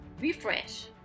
refresh